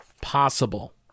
possible